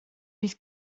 bydd